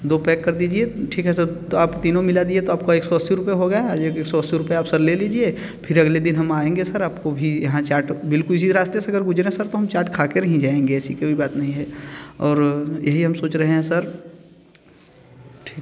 दो पैक कर दीजिए ठीक है सर तो आप तीनों मिला दिए तो आपका एक सौ अस्सी रुपये हो गया है आज एक सौ अस्सी रुपये सर आप ले लीजिए फिर अगले दिन हम आएंगे सर आपको भी यहाँ चाट बिल्कुल इसी रास्ते से अगर गुज़रें सर तो हम चाट खा कर ही जाएंगे ऐसी कोई बात नहीं है और यही हम सोच रहे हैं सर ठीक है